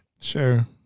Sure